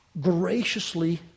graciously